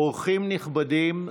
אורחים נכבדים,